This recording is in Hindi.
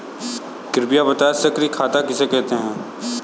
कृपया बताएँ सक्रिय खाता किसे कहते हैं?